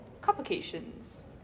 complications